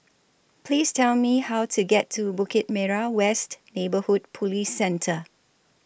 Please Tell Me How to get to Bukit Merah West Neighbourhood Police Centre